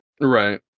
Right